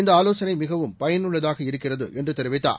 இந்த ஆலோசனை மிகவும் பயனுள்ளதாக இருக்கிறது என்று தெரிவித்தார்